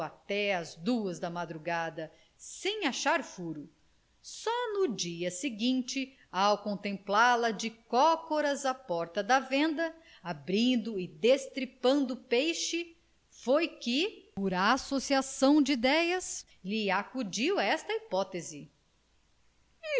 até às duas da madrugada sem achar furo só no dia seguinte a contemplá-la de cócoras à porta da venda abrindo e destripando peixe foi que por associação de idéias lhe acudiu esta hipótese